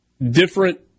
Different